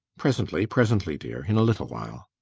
presently, presently, dear. in a little while.